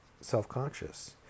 self-conscious